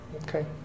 Okay